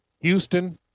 Houston